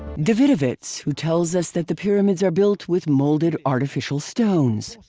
davidovits who tells us that the pyramids are built with molded artificial stones.